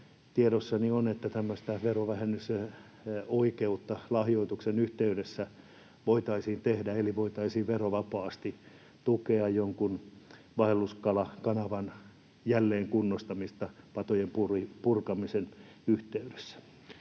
tiedossani on, että tämmöistä verovähennysoikeutta lahjoituksen yhteydessä voitaisiin tehdä — voitaisiin verovapaasti tukea jonkun vaelluskalakanavan jälleenkunnostamista patojen purkamisen yhteydessä.